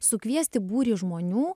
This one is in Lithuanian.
sukviesti būrį žmonių